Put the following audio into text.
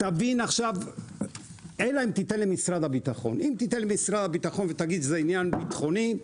אם תיתן למשרד הביטחון ותגיד שזה עניין ביטחוני,